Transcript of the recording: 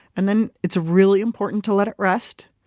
and then it's really important to let it rest.